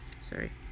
Sorry